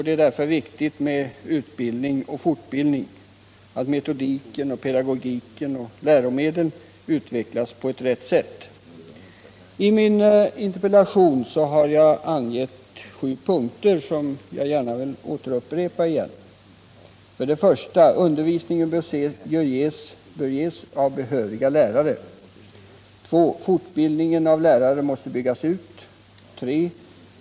Det är därför viktigt med utbildning och fortbildning samt att metodiken, pedagogiken och läromedlen utvecklas på ett riktigt sätt. I min interpellation angav jag sju punkter som jag gärna vill upprepa: 2. Fortbildningen av lärare måste byggas ut. 3.